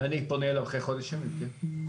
אני פונה אליו אחרי חודש ימים, כן.